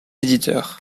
éditeur